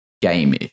game